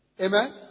Amen